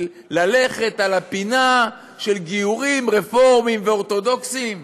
ללכת על הפינה של גיורים רפורמיים ואורתודוקסיים?